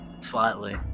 Slightly